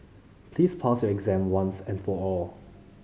please pass your exam once and for all